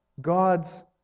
God's